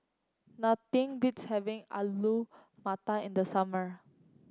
nothing beats having Alu Matar in the summer